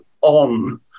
on